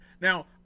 Now